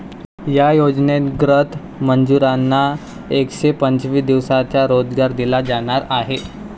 या योजनेंतर्गत मजुरांना एकशे पंचवीस दिवसांचा रोजगार दिला जाणार आहे